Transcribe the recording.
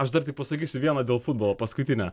aš dar tik pasakysiu vieną dėl futbolo paskutinę